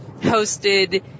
hosted